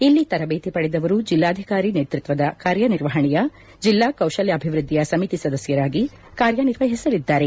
ಇಲ್ಲಿ ತರಬೇತಿ ಪಡೆದವರು ಜಿಲ್ಲಾಧಿಕಾರಿ ನೇತೃತ್ವದ ಕಾರ್ಯ ನಿರ್ವಹಣೆಯ ಜಿಲ್ಲಾ ಕೌಶಲ್ಯಾಭಿವೃದ್ದಿಯ ಸಮಿತಿ ಸದಸ್ಯರಾಗಿ ಕಾರ್ಯ ನಿರ್ವಹಿಸಲಿದ್ದಾರೆ